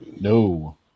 no